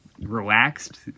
relaxed